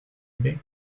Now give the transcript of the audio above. bec